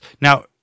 Now